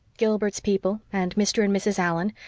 gilbert's people, and mr. and mrs. allan,